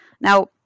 Now